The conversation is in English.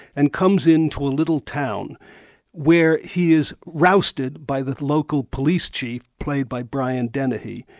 and comes into a little town where he is rousted by the local police chief, played by brian denehey,